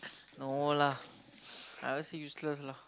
no lah I won't say useless lah